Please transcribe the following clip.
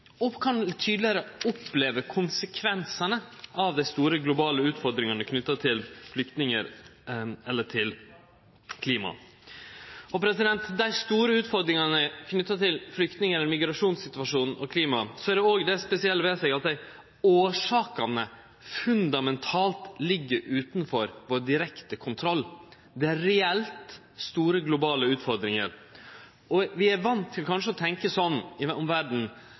kan tydelegare oppleve konsekvensane av dei store globale utfordringane knytte til flyktningar eller til klima. Dei store utfordringane som er knytte til flyktning- eller migrasjonssituasjonen og til klimaet, har òg det spesielle ved seg at årsakene fundamentalt ligg utanfor vår direkte kontroll. Det er reelt store globale utfordringar. Vi er kanskje vane med å tenkje sånn om verda at fattige land i